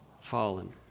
Fallen